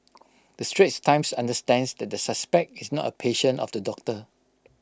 the straits times understands that the suspect is not A patient of the doctor